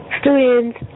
students